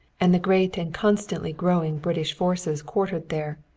and the great and constantly growing british forces quartered there,